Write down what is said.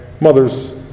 mother's